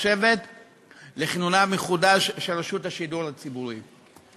לכינונה המחודש של רשות השידור הציבורית.